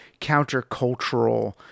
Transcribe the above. countercultural